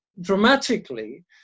dramatically